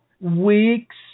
weeks